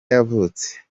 yavutse